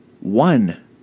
one